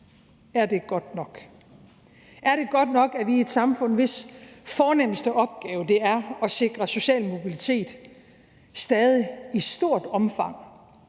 Er det godt nok? Er det godt nok, at vi – i et samfund, hvis fornemste opgave er at sikre social mobilitet – stadig i stort omfang